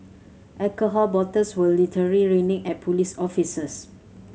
alcohol bottles were literally raining at police officers